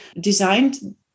designed